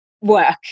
work